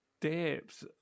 depth